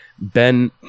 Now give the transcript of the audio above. Ben